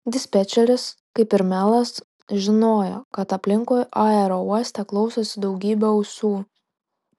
dispečeris kaip ir melas žinojo kad aplinkui aerouoste klausosi daugybė ausų